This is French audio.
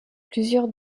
plusieurs